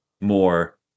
more